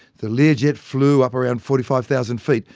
the learjet flew up around forty five thousand feet,